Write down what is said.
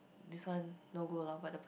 this one no goal lah but the person